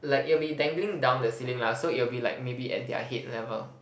like it'll be dangling down the ceiling lah so it'll be like maybe at their head level